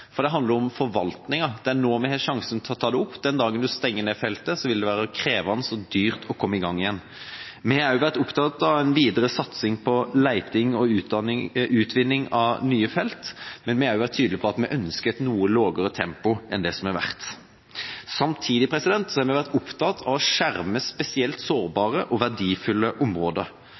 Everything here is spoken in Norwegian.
For det handler om forvaltninga, det er nå vi har sjansen til å ta det opp. Den dagen man stenger ned feltet, vil det være krevende og dyrt å komme i gang igjen. Vi har også vært opptatt av en videre satsing på leting og utvinning av nye felt, men også vært tydelige på at vi ønsker et noe lavere tempo enn det som har vært. Samtidig har vi vært opptatt av å skjerme spesielt